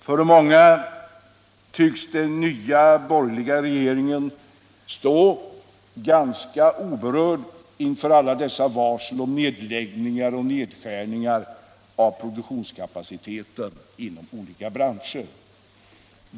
För många tycks den nya borgerliga regeringen stå ganska oberörd inför 161 alla dessa varsel om nedläggningar och nedskärningar av produktionskapaciteten inom olika branscher.